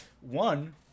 one